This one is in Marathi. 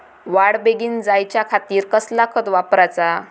वाढ बेगीन जायच्या खातीर कसला खत वापराचा?